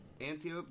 Antiope